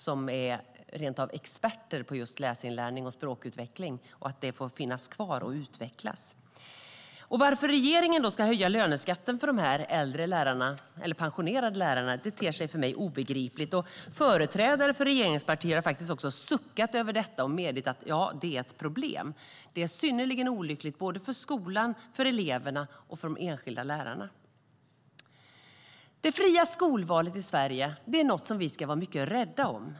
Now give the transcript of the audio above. De är rentav experter på just läsinlärning och språkutveckling. De ska få finnas kvar och utvecklas. Varför regeringen ska höja löneskatten för de pensionerade lärarna ter sig för mig obegripligt. Företrädare för regeringspartier har också suckat över detta och medgett att det är ett problem. Det är synnerligen olyckligt för skolan, eleverna och de enskilda lärarna. Det fria skolvalet i Sverige är något som vi ska vara mycket rädda om.